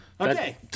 Okay